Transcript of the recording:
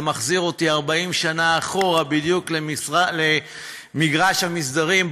זה מחזיר אותי 40 שנה אחורה, בדיוק למגרש המסדרים.